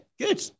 Good